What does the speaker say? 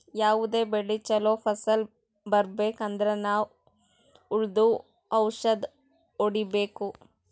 ಯಾವದೇ ಬೆಳಿ ಚೊಲೋ ಫಸಲ್ ಬರ್ಬೆಕ್ ಅಂದ್ರ ನಾವ್ ಹುಳ್ದು ಔಷಧ್ ಹೊಡಿಬೇಕು